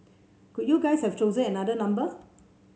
couldn't you guys have chosen another number